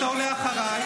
אתה עולה אחריי.